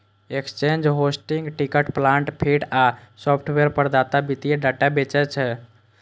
exchange, hosting, ticker plant feed आ software प्रदाता वित्तीय डाटा बेचै छै